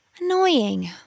Annoying